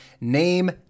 name